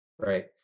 Right